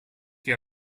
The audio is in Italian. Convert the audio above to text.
che